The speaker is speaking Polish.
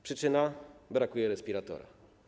Przyczyna: brakuje respiratora.